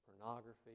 pornography